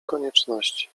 konieczności